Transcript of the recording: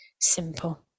simple